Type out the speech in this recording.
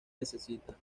necesita